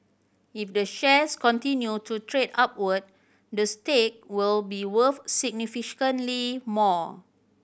if the shares continue to trade upward the stake will be worth significantly more